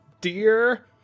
Dear